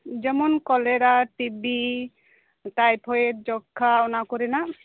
ᱡᱮᱢᱚᱱ ᱠᱚᱞᱮᱨᱟ T B typhoid ᱡᱚᱠᱠᱷᱟ ᱚᱱᱟᱠᱚ ᱨᱮᱭᱟᱜ